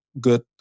good